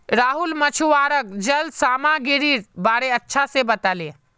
राहुल मछुवाराक जल सामागीरीर बारे अच्छा से बताले